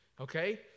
okay